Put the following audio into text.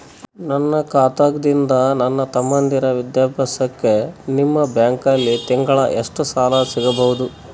ನನ್ನ ಖಾತಾದಾಗಿಂದ ನನ್ನ ತಮ್ಮಂದಿರ ವಿದ್ಯಾಭ್ಯಾಸಕ್ಕ ನಿಮ್ಮ ಬ್ಯಾಂಕಲ್ಲಿ ತಿಂಗಳ ಎಷ್ಟು ಸಾಲ ಸಿಗಬಹುದು?